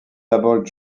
double